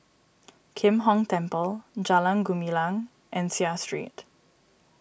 Kim Hong Temple Jalan Gumilang and Seah Street